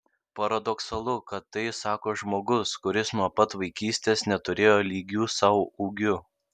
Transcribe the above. paradoksalu kad tai sako žmogus kuris nuo pat vaikystės neturėjo lygių sau ūgiu